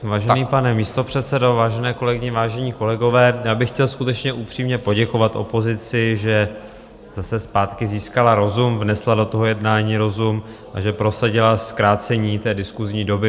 Vážený pane místopředsedo, vážené kolegyně, vážení kolegové, já bych chtěl skutečně upřímně poděkovat opozici, že zase zpátky získala rozum, vnesla do jednání rozum a že prosadila zkrácení diskusní doby.